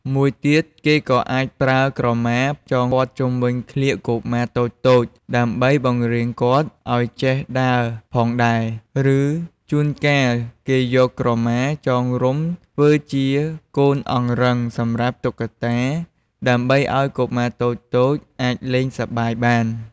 មួយទៀត គេក៏អាចប្រើក្រមាចងព័ទ្ធជុំវិញក្លៀកកុមារតូចៗ ដើម្បីបង្រៀនគាត់ឱ្យចេះដើរផងដែរ ឬជួនកាល គេយកក្រមាចងរុំធ្វើជាកូនអង្រឹងសម្រាប់តុក្កតា ដើម្បីឱ្យក្មេងតូចៗអាចលេងសប្បាយបាន។